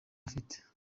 afite